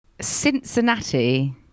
Cincinnati